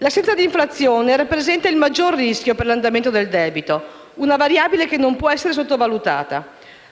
L'assenza di inflazione rappresenta il maggior rischio per l'andamento del debito, una variabile che non può essere sottovalutata.